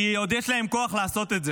כי עוד יש להם כוח לעשות את זה.